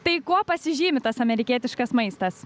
tai kuo pasižymi tas amerikietiškas maistas